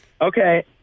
Okay